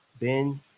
Ben